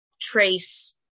trace